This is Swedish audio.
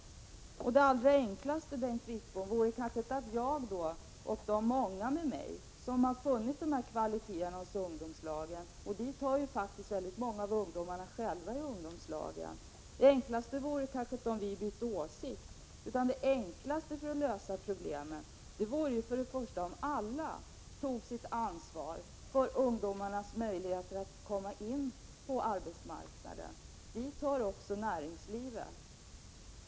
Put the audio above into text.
Jag och många med mig — och dit hör faktiskt väldigt många av ungdomarna själva — har funnit de här kvaliteterna hos ungdomslagen. Det enklaste vore kanske inte om vi bytte åsikt, utan det enklaste för att lösa problemen vore om alla tog sitt ansvar för ungdomarnas möjligheter att komma in på arbetsmarknaden. Dit hör också näringslivet.